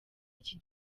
iki